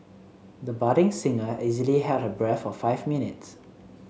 the budding singer easily held her breath for five minutes